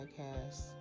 podcast